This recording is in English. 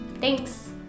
Thanks